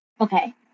Okay